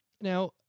Now